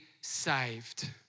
saved